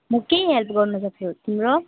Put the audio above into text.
म के हेल्प गर्नसक्छु तिम्रो